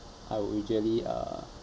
I will usually uh